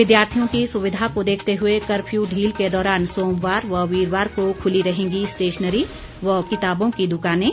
विद्यार्थियों की सुविधा को देखते हुए कर्फ्यू ढील के दौरान सोमवार व वीरवार को खुली रहेंगी स्टेशनरी व किताबों की दुकानें